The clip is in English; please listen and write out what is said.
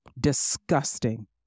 Disgusting